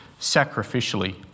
sacrificially